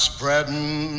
Spreading